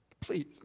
please